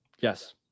Yes